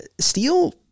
steel